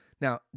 Now